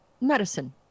Medicine